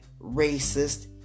racist